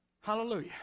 Hallelujah